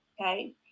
okay